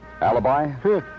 Alibi